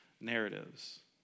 narratives